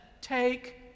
take